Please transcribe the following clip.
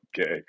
okay